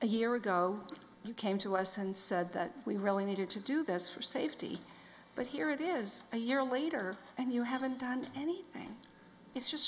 a year ago you came to us and said that we really needed to do this for safety but here it is a year later and you haven't done anything it's just